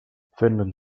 finland